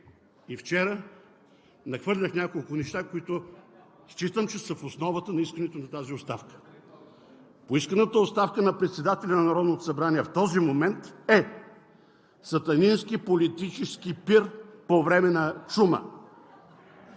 и вчера, нахвърлях няколко неща, които считам, че са в основата на искането на тази оставка. Поисканата оставка на председателя на Народното събрание в този момент е сатанински политически пир по време на чума